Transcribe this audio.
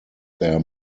their